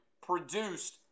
produced